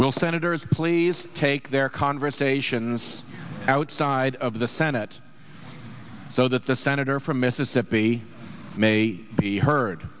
will senators please take their conversations outside of the senate so that the senator from mississippi may be heard